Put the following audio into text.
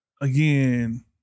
again